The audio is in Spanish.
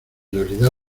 realidad